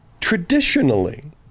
traditionally